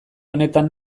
honetan